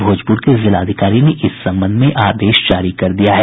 भोजपुर के जिलाधिकारी ने इस संबंध में आदेश जारी कर दिया है